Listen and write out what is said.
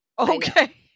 Okay